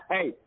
Hey